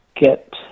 get